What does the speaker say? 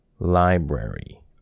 Library